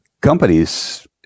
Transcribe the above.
companies